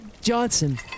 Johnson